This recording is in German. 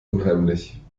unheimlich